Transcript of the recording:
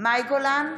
מאי גולן,